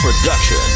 Production